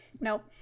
Nope